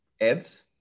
ads